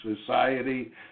society